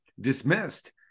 dismissed